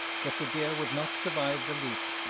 that the deer would not survive the leap.